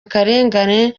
akarengane